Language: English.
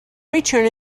return